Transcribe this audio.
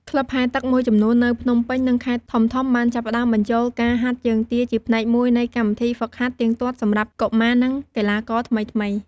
ក្លឹបហែលទឹកមួយចំនួននៅភ្នំពេញ និងខេត្តធំៗបានចាប់ផ្តើមបញ្ចូលការហាត់ជើងទាជាផ្នែកមួយនៃកម្មវិធីហ្វឹកហាត់ទៀងទាត់សម្រាប់កុមារនិងកីឡាករថ្មីៗ។